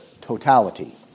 totality